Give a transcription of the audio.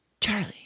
Charlie